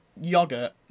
Yogurt